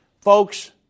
Folks